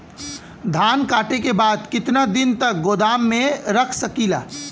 धान कांटेके बाद कितना दिन तक गोदाम में रख सकीला?